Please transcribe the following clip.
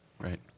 Right